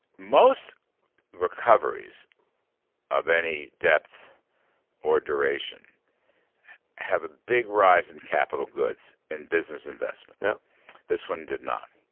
most recoveries of any depth or duration have a big rise in capital goods and business investment. yeah this one did not.